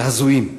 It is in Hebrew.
להזויים.